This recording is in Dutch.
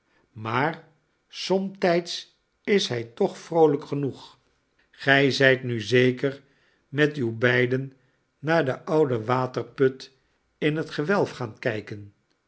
maar somtijds is hij toch vroolijk genoeg gij zijt nu zeker met uw beiden naar den ouden waterput in het gewelf gaan kijken